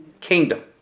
Kingdom